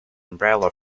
umbrella